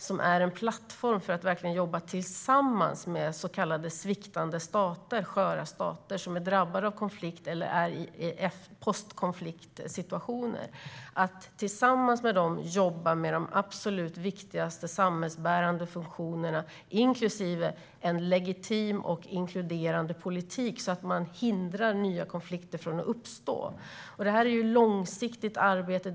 Det är en plattform för att verkligen jobba tillsammans med så kallade sviktande stater, sköra stater, som är drabbade av konflikt eller befinner sig i post-konfliktsituationer. Tillsammans med dem jobbar vi med de absolut viktigaste samhällsbärande funktionerna, inklusive en legitim och inkluderande politik, för att hindra nya konflikter från att uppstå. Det är ett långsiktigt arbete.